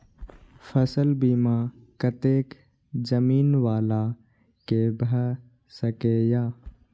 फसल बीमा कतेक जमीन वाला के भ सकेया?